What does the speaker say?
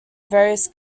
various